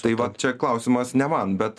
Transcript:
tai va čia klausimas ne man bet